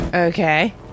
Okay